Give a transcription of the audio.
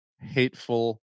hateful